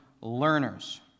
learners